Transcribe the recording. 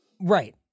Right